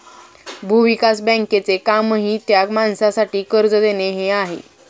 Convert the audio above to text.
भूविकास बँकेचे कामही त्या माणसासाठी कर्ज देणे हे आहे